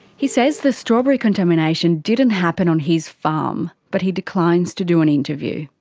he says the strawberry contamination didn't happen on his farm, but he declines to do an interview.